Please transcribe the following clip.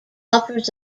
offers